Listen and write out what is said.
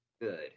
good